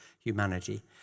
humanity